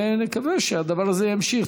ונקווה שהדבר הזה ימשיך.